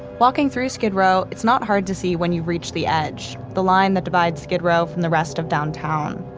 walking through skid row, it's not hard to see when you've reached the edge, the line that divides skid row from the rest of downtown.